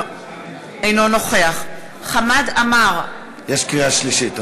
אינו נוכח חמד עמאר, אינו נוכח יש קריאה שלישית.